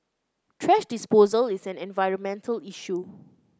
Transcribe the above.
thrash disposal is an environmental issue